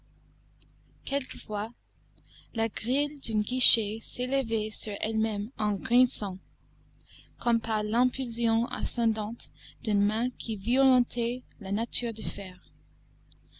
quelquefois la grille d'un guichet s'élevait sur elle-même en grinçant comme par l'impulsion ascendante d'une main qui violentait la nature du fer